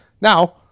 Now